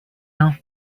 now